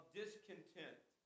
discontent